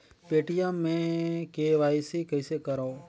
Paytm मे KYC कइसे करव?